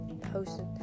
posted